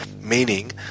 meaning